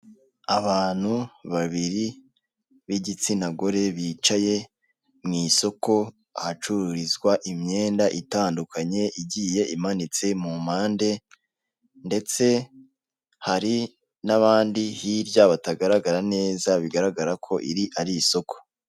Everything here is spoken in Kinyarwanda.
Abantu babiri b'igitsina gore bicaye mu isoko hacururizwa imyenda itandukanye, igiye imanitse mu mpande. Ndetse hari n'abandi hirya batagaragara neza bigaragara ko iri ari isoko.